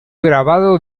grabado